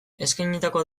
eskainitako